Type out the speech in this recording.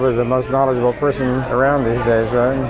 the most knowledgeable person around these days,